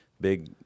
big